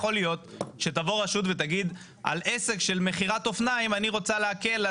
יכול להיות שתבוא רשות ותגיד על עסק של מכירת אופניים אני רוצה להקל,